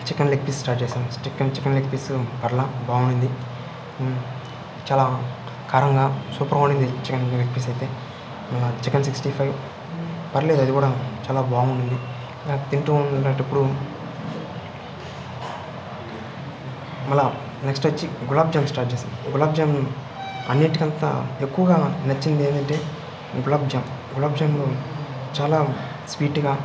chicken leg piece start చేశాం chicken leg piece పరల బాగునింది చాలా కారంగా సూపర్గా ఉనింది చికెన్ లెగ్ పీస్ అయితే చికెన్ సిక్స్టీ ఫైవ్ పర్లేదు అది కూడా చాలా బాగునింది నాకు తింటూ ఉండేటప్పుడు మళ్ళా నెక్స్ట్ వచ్చి గులాబ్జామ్ స్టార్ట్ చేశాం గులాబ్జామ్ అన్నిటికంత ఎక్కువగా నచ్చింది ఏంటంటే గులాబ్జామ్ గులాబ్జామ్లో చాలా స్వీట్గా